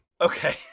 Okay